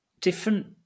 different